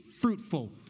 fruitful